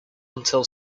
until